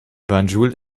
banjul